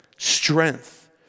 strength